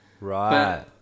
right